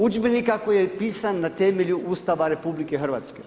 Udžbenika koji je pisan na temelju Ustava RH.